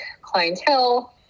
clientele